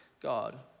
God